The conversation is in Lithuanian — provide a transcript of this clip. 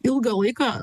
ilgą laiką